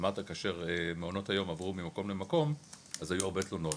אמרת כאשר מעונות היום עברו ממקום למקום אז היו הרבה תלונות.